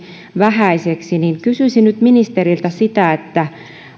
vähäiseksi niin kysyisin nyt ministeriltä sitä